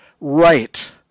right